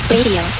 Radio